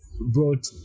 brought